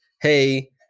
hey